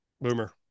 Boomer